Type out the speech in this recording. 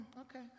okay